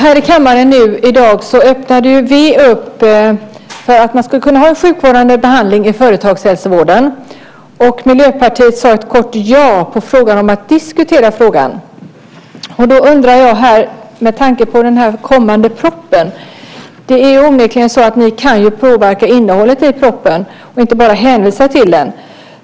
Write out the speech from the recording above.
Fru talman! Här i kammaren öppnade vi i dag upp för att kunna ha sjukvårdande behandling i företagshälsovården. Miljöpartiet svarade ju med ett kort ja på frågan om att diskutera saken. Med tanke på den kommande propositionen har jag lite undringar. Onekligen kan ni påverka innehållet i propositionen, inte bara hänvisa till den.